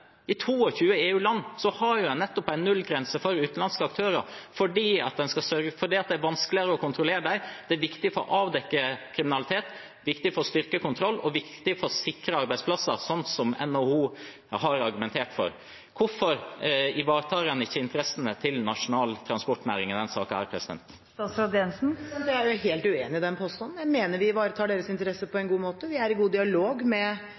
revidert nasjonalbudsjett. Men så til det vi konkret snakker om her. Statsråden viser til at en må ha like regler for nasjonale og utenlandske aktører. Nei, en må ikke det. I 22 EU-land er det nullgrense for utenlandske aktører fordi det er vanskeligere å kontrollere dem. Det er viktig for å avdekke kriminalitet, det er viktig for å styrke kontroll og viktig for å sikre arbeidsplasser, som NHO har argumentert for. Hvorfor ivaretar en ikke interessene til nasjonal transportnæring i denne saken? Jeg er helt uenig i den påstanden. Jeg mener vi ivaretar deres interesser på